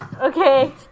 Okay